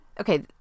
okay